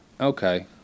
okay